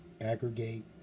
aggregate